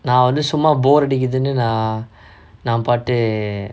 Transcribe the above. நா வந்து சும்மா:naa vanthu summa bore அடிக்குதுன்னு நா நா பாட்டு:adikuthunu naa naa paattu